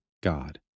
God